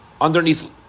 underneath